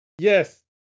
Yes